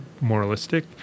moralistic